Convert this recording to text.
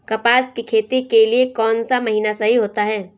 कपास की खेती के लिए कौन सा महीना सही होता है?